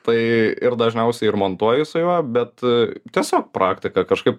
tai ir dažniausiai ir montuoju su juo bet tiesiog praktika kažkaip